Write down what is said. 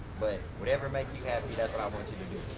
but whatever make you happy, that's what i want you to do.